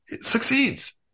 succeeds